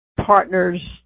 partners